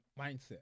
mindset